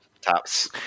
tops